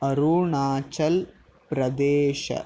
Arunachal Pradesh